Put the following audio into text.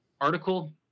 article